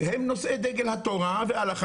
אני לא יכולה לתת גם נתונים על פונדקאות בארץ,